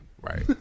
right